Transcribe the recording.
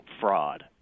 fraud